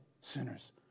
sinners